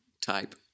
type